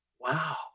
Wow